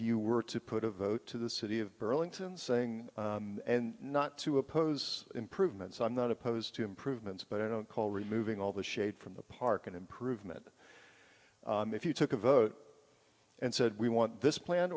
you were to put a vote to the city of burlington saying not to oppose improvements i'm not opposed to improvements but i don't call removing all the shade from the park an improvement if you took a vote and said we want this plan